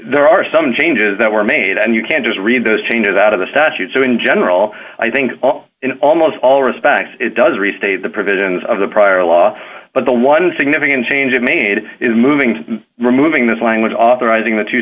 there are some changes that were made and you can just read those changes out of the statute so in general i think in almost all respects it does restate the provisions of the prior law but the one significant change it made is moving to removing this language authorizing the two